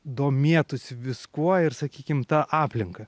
domėtųsi viskuo ir sakykim ta aplinka